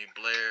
Blair